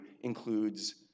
includes